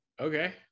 okay